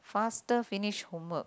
faster finish homework